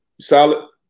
Solid